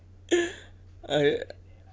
okay